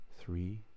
three